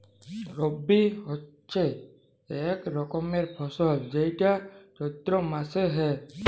রবি হচ্যে এক রকমের ফসল যেইটা চৈত্র মাসে হ্যয়